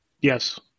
Yes